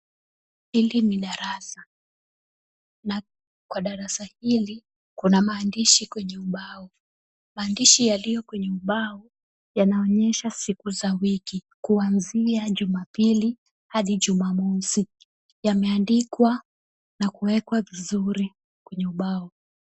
Hili ni darasa, na kwa darasa hili kuna maandishi kwenye ubao. Maandishi yaliyo kwenye ubao yanaonyesha siku za wiki kuanzia Jumapili hadi Jumamosi, yameandikwa na kuekwa vizuri kwenye ubao.